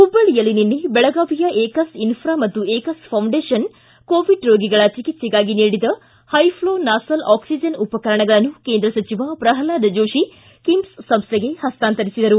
ಹುಬ್ಬಳ್ಳಿಯಲ್ಲಿ ನಿನ್ನೆ ಬೆಳಗಾವಿಯ ಏಕಸ್ ಇನ್ನಾ ಮತ್ತು ಏಕಸ್ ಫೌಂಡೇಶನ್ ಕೋವಿಡ್ ರೋಗಿಗಳ ಚಿಕಿತ್ತಗಾಗಿ ನೀಡಿದ ಹೈ ಪ್ಲೋ ನಾಸಲ್ ಆಕ್ಲಿಜನ್ ಉಪಕರಣಗಳನ್ನು ಕೇಂದ್ರ ಸಚಿವ ಪ್ರಹ್ಲಾದ್ ಜೋಶಿ ಕಿಮ್ಸ್ ಸಂಸ್ಥೆಗೆ ಹಸ್ತಾಂತರಿಸಿರು